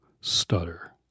stutter